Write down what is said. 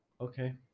Okay